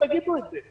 תגידו את זה.